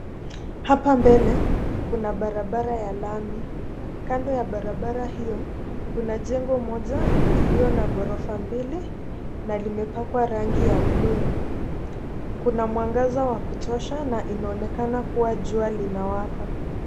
Hapa mbele kuna barabara ya lami. Kando ya barabara hiyo kuna jengo moja iliyo na ghorofa mbili na limepakwa rangi ya bluu. Kuna mwangaza wa kutosha na inaonekana kuwa jua linawaka.